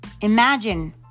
Imagine